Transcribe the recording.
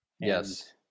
yes